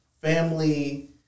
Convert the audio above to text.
family